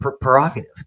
prerogative